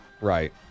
Right